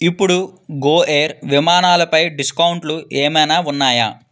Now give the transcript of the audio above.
ఇప్పుడు Go Air విమానాలపై డిస్కౌంట్లు ఏమైనా ఉన్నాయా